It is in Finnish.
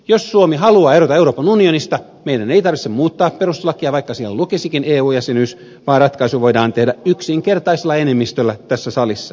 jos suomi haluaa erota euroopan unionista meidän ei tarvitse muuttaa perustuslakia vaikka siinä lukisikin eu jäsenyys vaan ratkaisu voidaan tehdä yksinkertaisella enemmistöllä tässä salissa